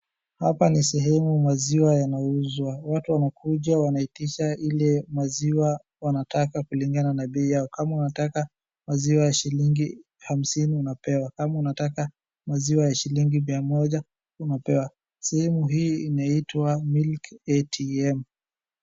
Hapa ni sehemu maziwa yanauzwa, watu wanakuja wanaitisha ile maziwa wanataka kulingana na bei yao, kama wanataka maziwa ya shilingi hamsini unapewa, kama wanataka maziwa ya shilingi mia moja unapewa, sehemu hii inaitwa Milk ATM.